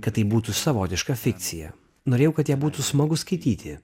kad tai būtų savotiška fikcija norėjau kad ją būtų smagu skaityti